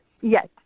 Yes